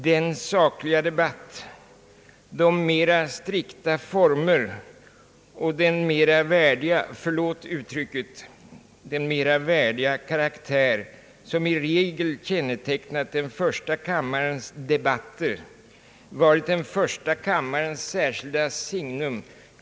Den sakliga debatt, de mera strikta former och den mera värdiga — förlåt uttrycket — karaktär som i regel kännetecknat den första kammarens debatter har varit första kammarens särskilda signum.